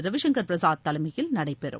ரவி சங்கர் பிரசாத் தலைமையில் நடைபெறும்